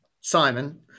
Simon